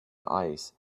ice